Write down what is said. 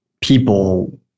people